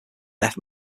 death